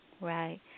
Right